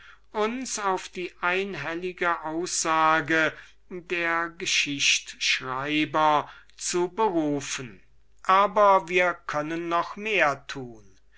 uns auf die einhellige aussage der geschichtschreiber zu berufen aber wir können noch mehr tun